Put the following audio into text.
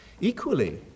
Equally